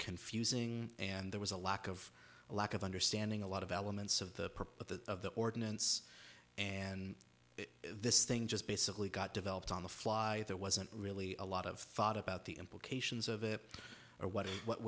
confusing and there was a lack of a lack of understanding a lot of elements of the purpose of the ordinance and this thing just basically got developed on the fly there wasn't really a lot of thought about the implications of it or what what